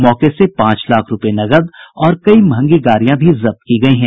मौके से पांच लाख रूपये नकद और कई महंगी गाड़ियां भी जब्त की गयी हैं